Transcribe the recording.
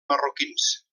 marroquins